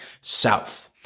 south